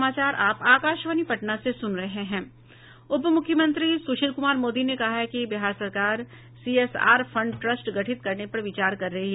उप मुख्यमंत्री सुशील कुमार मोदी ने कहा है कि बिहार सरकार सीएसआर फंड ट्रस्ट गठित करने पर विचार कर रही है